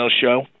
show